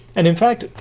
and in fact,